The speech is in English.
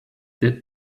did